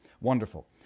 wonderful